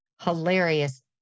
hilarious